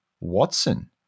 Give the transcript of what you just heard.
Watson